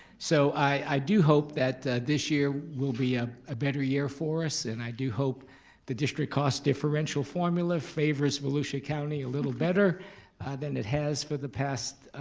so i do hope that this year will be a ah better year for us, and i do hope the district cost differential formula favors volusia county a little better than it has for the past,